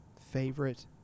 favorite